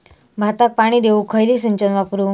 भाताक पाणी देऊक खयली सिंचन वापरू?